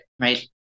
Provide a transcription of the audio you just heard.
right